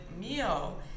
meal